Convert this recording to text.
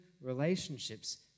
relationships